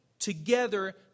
together